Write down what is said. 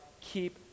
keep